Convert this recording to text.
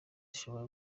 bishobora